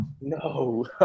No